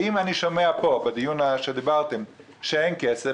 אם אני שומע בדיון הזה שאין כסף,